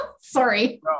Sorry